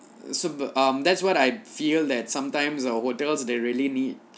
so um that's what I feel that sometimes uh hotels they really need